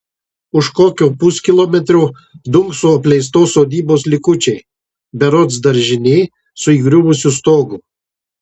už kokio puskilometrio dunkso apleistos sodybos likučiai berods daržinė su įgriuvusiu stogu